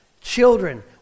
children